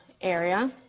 area